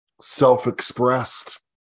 self-expressed